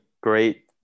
great